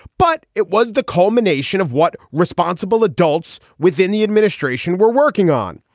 but it was the culmination of what responsible adults within the administration were working on.